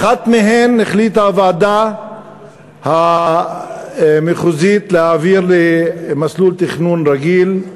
את אחת מהן החליטה הוועדה המחוזית להעביר למסלול תכנון רגיל,